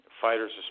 fighters